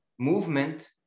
Movement